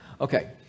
Okay